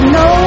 no